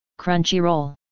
Crunchyroll